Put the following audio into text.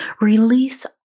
Release